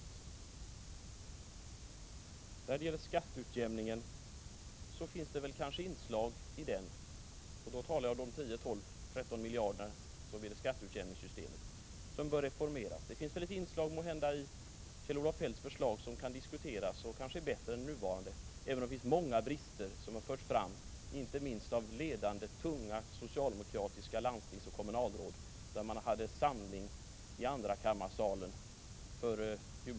Det finns inslag i skatteutjämningen — jag talar då om de 10-13 miljarder som finns i skatteutjämningssystemet — som bör reformeras. Det finns måhända inslag i Kjell-Olof Feldts förslag som kan diskuteras och som kanske är bättre än det nuvarande systemet, även om förslaget har många brister, vilket framfördes inte minst av ledande, tunga socialdemokratiska landstingsoch kommunalråd när man hade samling i andrakammarsalen före juluppehållet.